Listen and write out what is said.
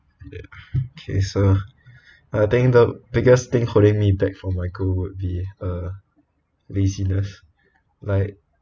ya okay so I think the biggest thing holding me back from my goal would be uh laziness like